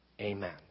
Amen